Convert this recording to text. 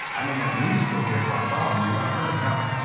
i mean, at least go get bartholomew. i've heard of him.